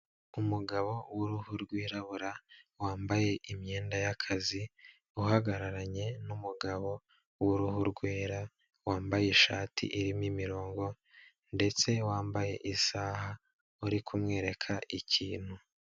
Umugabo w'uruhu rwirabura wambaye imyenda y'akazi, uhagararanye n'umugabo w'uruhu rwera wambaye ishati irimo imirongo ndetse wambaye isaha, uri kumwereka ikintu.